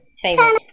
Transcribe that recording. favorite